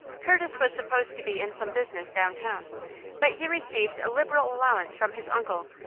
curtis was supposed to be in some business downtown but he received a liberal allowance from his uncle,